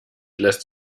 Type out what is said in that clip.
lässt